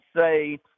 say